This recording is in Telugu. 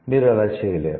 మీరు అలా చేయలేరు